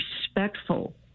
respectful